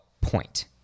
point